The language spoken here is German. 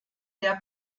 der